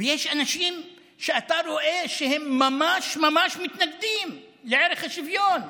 ויש אנשים שאתה רואה שהם ממש ממש מתנגדים לערך השוויון.